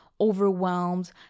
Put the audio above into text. overwhelmed